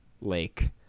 Lake